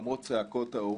למרות צעקות ההורים,